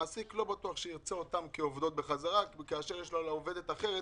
לא בטוח שהמעסיק ירצה אותן כעובדות בחזרה כאשר יש לו על עובדת אחרת